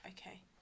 Okay